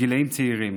בגילים צעירים.